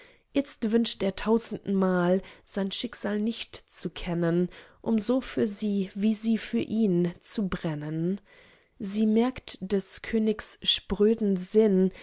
itzt wünscht er tausendmal sein schicksal nicht zu kennen um so für sie wie sie für ihn zu brennen sie merkt des königs spröden sinn